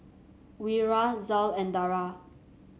Wira Zul and Dara